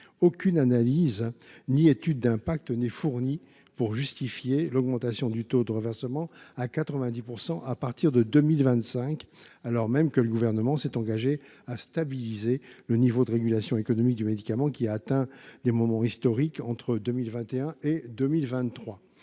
aucune analyse ni étude d’impact n’est fournie pour justifier l’augmentation du taux de reversement à 90 % à partir de 2025, alors même que le Gouvernement s’est engagé à stabiliser le niveau de régulation économique du médicament, qui a atteint des montants historiques entre 2021 et 2023.